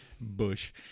Bush